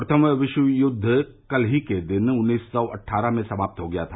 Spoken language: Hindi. प्रथम विश्वयुद्ध कल ही के दिन उन्नीस सौ अट्ठारह में समाप्त हो गया था